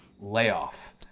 layoff